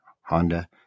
Honda